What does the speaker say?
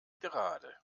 gerade